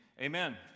amen